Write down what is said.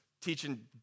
teaching